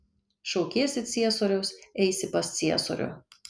šaukiesi ciesoriaus eisi pas ciesorių